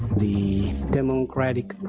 the democratic